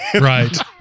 right